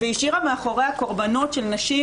והשאירה מאחוריה קורבנות של נשים,